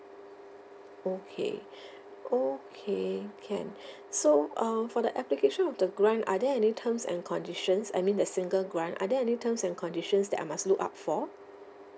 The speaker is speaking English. okay okay can so uh for the application of the grant are there any terms and conditions I mean the single grant are there any terms and conditions that I must look out for